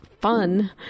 fun